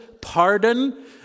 pardon